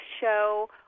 show